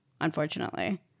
unfortunately